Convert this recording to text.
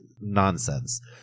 nonsense